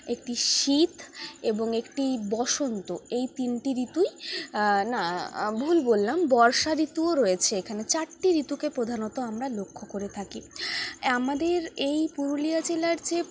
একটি শীত এবং একটি বসন্ত এই তিনটি ঋতুই না ভুল বললাম বর্ষা ঋতুও রয়েছে এখানে চারটি ঋতুকে প্রধানত আমরা লক্ষ্য করে থাকি আমাদের এই পুরুলিয়া জেলার যে